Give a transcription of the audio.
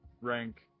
rank